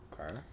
okay